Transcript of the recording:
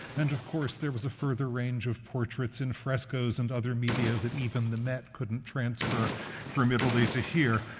and, of course, there was a further range of portraits in frescoes and other media that even the met couldn't transfer from italy to here.